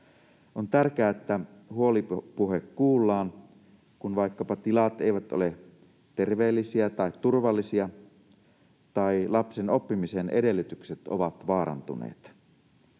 On tärkeää, että huolipuhe kuullaan, kun vaikkapa tilat eivät ole terveellisiä tai turvallisia tai lapsen oppimisen edellytykset ovat vaarantuneet.